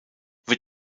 wird